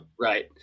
Right